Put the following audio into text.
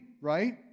right